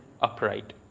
upright